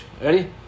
ready